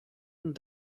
and